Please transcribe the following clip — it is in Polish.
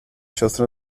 siostry